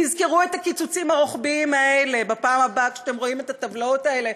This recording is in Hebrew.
תזכרו את הקיצוצים הרוחביים האלה בפעם הבאה שאתם רואים את הטבלאות האלה,